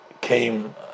came